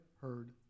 heard